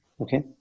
Okay